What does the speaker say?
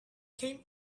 came